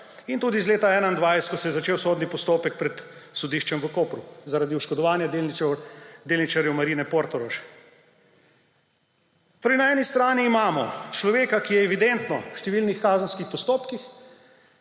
in tudi iz leta 2021, ko se je začel sodni postopek pred sodiščem v Kopru zaradi oškodovanja delničarjev Marine Portorož. Torej, na eni strani imamo človeka, ki je evidentno v številnih kazenskih postopkih,